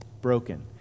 broken